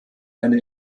eine